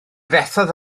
fethodd